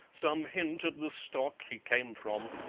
some hint of the stock he came from,